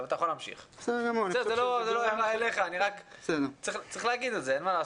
זאת לא הערה אליך אבל צריך לומר את זה.